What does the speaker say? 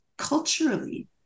culturally